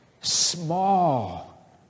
small